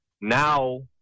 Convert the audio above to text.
Now